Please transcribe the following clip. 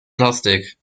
plastik